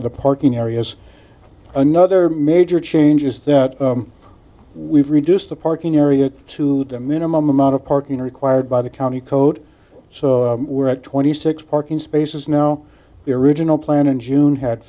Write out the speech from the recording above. of the parking areas another major changes that we've reduced the parking area to the minimum amount of parking required by the county code so we're at twenty six parking spaces now the original plan in june had